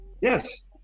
Yes